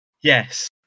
Yes